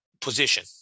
position